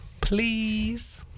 Please